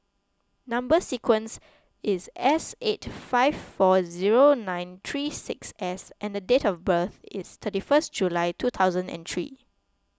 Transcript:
Number Sequence is S eight five four zero nine three six S and date of birth is thirty first July two thousand and three